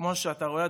כמו שאתה רואה,